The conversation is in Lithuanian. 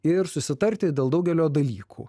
ir susitarti dėl daugelio dalykų